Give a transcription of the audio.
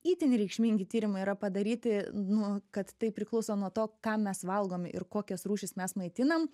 itin reikšmingi tyrimai yra padaryti nu kad tai priklauso nuo to ką mes valgome ir kokias rūšis mes maitinam